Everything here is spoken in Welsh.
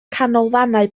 canolfannau